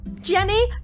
Jenny